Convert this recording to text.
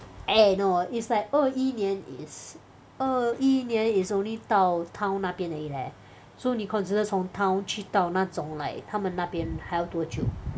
eh no it's like 二一年 it is 二一年 it's only 到 town 那边而已 leh so 你 consider 从 town 去到那种 like 他们那边还要多久